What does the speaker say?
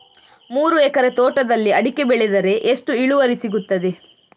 ಮೂರು ಎಕರೆ ತೋಟದಲ್ಲಿ ಅಡಿಕೆ ಬೆಳೆದರೆ ಎಷ್ಟು ಇಳುವರಿ ಸಿಗುತ್ತದೆ?